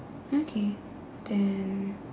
okay then